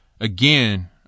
Again